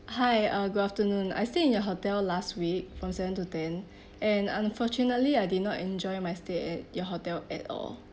hi uh good afternoon I stay in your hotel last week from seven to ten and unfortunately I did not enjoy my stay at your hotel at all